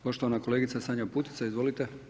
Poštovana kolegica Sanja Putica, izvolite.